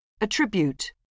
Attribute